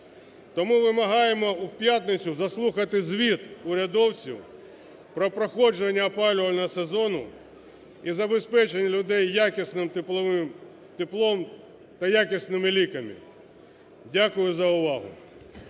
Тому вимагаємо у п'ятницю заслухати звіт урядовців про проходження опалювального сезону і забезпечення людей якісним теплом та якісними ліками. Дякую за увагу.